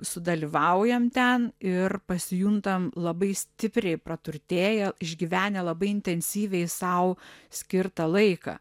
sudalyvaujam ten ir pasijuntam labai stipriai praturtėję išgyvenę labai intensyviai sau skirtą laiką